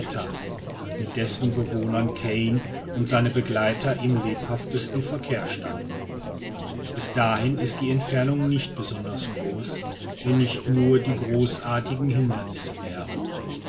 mit dessen bewohnern kane und seine begleiter im lebhaftesten verkehr standen bis dahin ist die entfernung nicht besonders groß wenn nur nicht die großartigen hindernisse wären